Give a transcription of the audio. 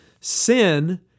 sin